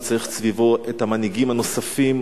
הוא צריך סביבו את המנהיגים הנוספים,